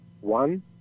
One